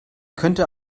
könnte